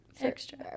Extra